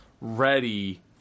ready